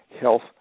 health